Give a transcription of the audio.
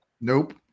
Nope